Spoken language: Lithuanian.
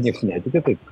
nieks netiki tai